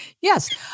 Yes